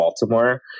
Baltimore